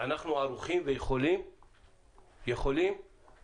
ערוכים ויכולים